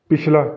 ਪਿਛਲਾ